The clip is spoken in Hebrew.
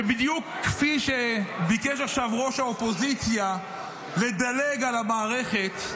שבדיוק כפי שביקש עכשיו יושב-ראש האופוזיציה לדלג על המערכת,